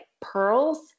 pearls